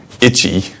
itchy